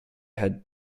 had